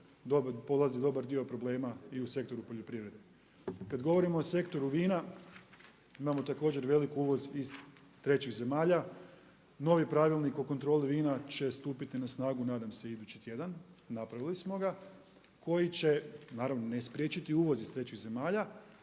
polazi dobar dio problema i u sektoru poljoprivrede. Kada govorimo o sektoru vina, imamo također veliki uvoz iz trećih zemalja. Novi pravilnik o kontroli vina će stupiti na snagu nadam se idući tjedan, napravili smo ga, koji će, naravno ne i spriječiti uvoz iz trećih zemalja,